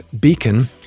Beacon